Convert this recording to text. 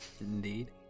Indeed